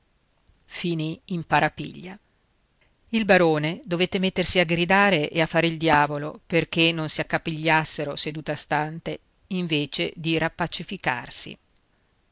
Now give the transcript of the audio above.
finì in parapiglia il barone dovette mettersi a gridare e a fare il diavolo perché non si accapigliassero seduta stante invece di